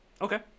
Okay